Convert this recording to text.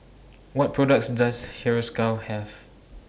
What products Does Hiruscar Have